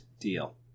Deal